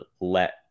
let